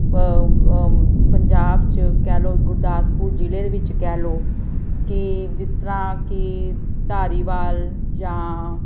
ਪੰਜਾਬ 'ਚ ਕਹਿ ਲਓ ਗੁਰਦਾਸਪੁਰ ਜ਼ਿਲ੍ਹੇ ਦੇ ਵਿੱਚ ਕਹਿ ਲਓ ਕਿ ਜਿਸ ਤਰ੍ਹਾਂ ਕਿ ਧਾਰੀਵਾਲ ਜਾਂ